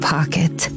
Pocket